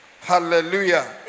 hallelujah